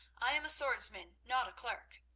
i am a swordsman, not a clerk.